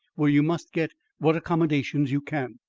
where you must get what accommodations you can.